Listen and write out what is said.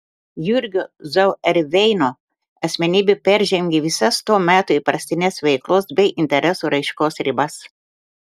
jurgio zauerveino asmenybė peržengė visas to meto įprastines veiklos bei interesų raiškos ribas